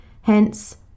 Hence